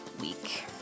week